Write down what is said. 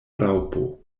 raŭpo